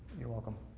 you're welcome.